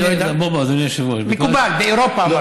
בוא, בוא, אדוני היושב-ראש, מקובל, באירופה.